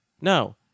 no